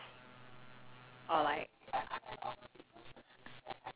ya like I'll buy myself a bubble tea if I think I deserve it or like donuts